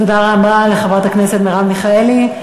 תודה רבה לחברת הכנסת מרב מיכאלי.